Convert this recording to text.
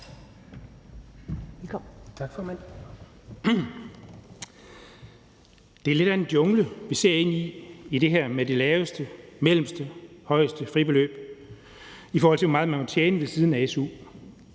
Det er lidt af en jungle, vi ser ind i i det her med det laveste, mellemste og højeste fribeløb, i forhold til hvor meget man må tjene ved siden af sin